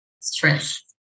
stress